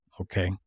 Okay